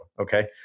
Okay